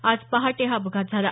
आज पहाटे हा अपघात झाला